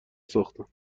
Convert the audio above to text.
ساختن